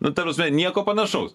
nu ta prasme nieko panašaus